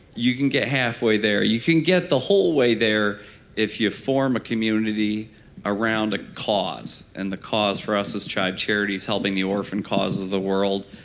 you can get halfway there. you can get the whole way there if you form a community around a cause and the cause for us is chive charities helping the orphan causes of the world,